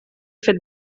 fet